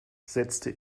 setzte